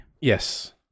yes